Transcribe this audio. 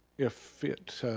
if it,